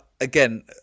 again